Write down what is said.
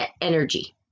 energy